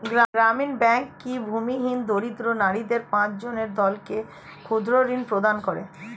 গ্রামীণ ব্যাংক কি ভূমিহীন দরিদ্র নারীদের পাঁচজনের দলকে ক্ষুদ্রঋণ প্রদান করে?